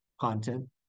content